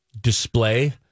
display